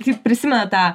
kaip prisimena tą